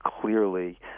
clearly